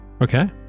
Okay